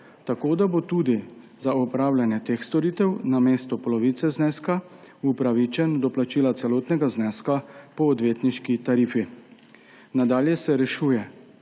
tako, da bo tudi za opravljanje teh storitev namesto polovice zneska upravičen do plačila celotnega zneska po odvetniški tarifi. Nadalje se rešuje